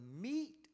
meat